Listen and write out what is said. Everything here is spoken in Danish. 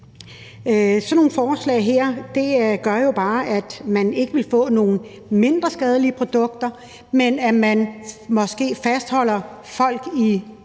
Sådan nogle forslag her gør jo bare, at man ikke vil få nogle mindre skadelige produkter, men at man måske fastholder folk i